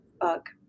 bug